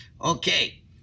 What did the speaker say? Okay